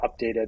updated